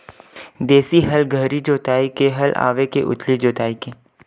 देशी हल गहरी जोताई के हल आवे के उथली जोताई के?